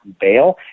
bail